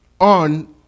on